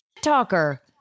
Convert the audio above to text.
talker